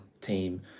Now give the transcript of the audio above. team